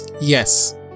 Yes